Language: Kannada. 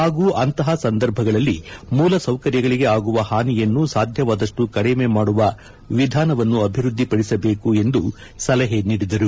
ಹಾಗೂ ಅಂತಹ ಸಂದರ್ಭಗಳಲ್ಲಿ ಮೂಲ ಸೌಕರ್ಯಗಳಿಗೆ ಆಗುವ ಹಾನಿಯನ್ನು ಸಾಧ್ಯವಾದಷ್ನು ಕಡಿಮೆ ಮಾಡುವ ವಿಧಾನವನ್ನು ಅಭಿವೃದ್ದಿಪಡಿಸಬೇಕು ಎಂದು ಸಲಹೆ ನೀಡಿದರು